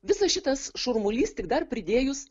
visas šitas šurmulys tik dar pridėjus